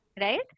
right